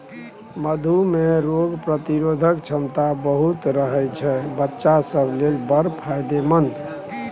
मधु मे रोग प्रतिरोधक क्षमता बहुत रहय छै बच्चा सब लेल बड़ फायदेमंद